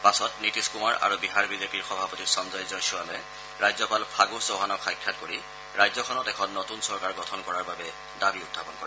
পাছত নীতিশ কৃমাৰ আৰু বিহাৰ বিজেপিৰ সভাপতি সঞ্জয় জয়ছৱালে ৰাজ্যপাল ফাগু চৌহানক সাক্ষাৎ কৰি ৰাজ্যখনত এখন নতৃন চৰকাৰ গঠন কৰাৰ বাবে দাবী উখাপন কৰে